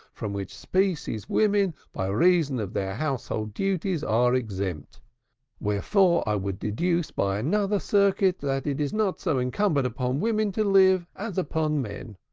from which species women, by reason of their household duties, are exempt wherefore i would deduce by another circuit that it is not so incumbent upon women to live as upon men.